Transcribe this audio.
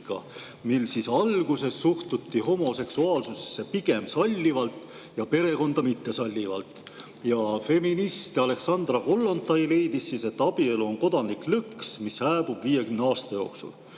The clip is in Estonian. mil alguses suhtuti homoseksuaalsusesse pigem sallivalt ja perekonda mittesallivalt. Feminist Aleksandra Kollontai leidis, et abielu on kodanlik lõks, mis hääbub 50 aasta jooksul.